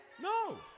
No